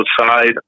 outside